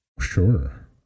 sure